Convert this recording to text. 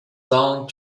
long